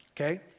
Okay